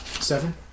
Seven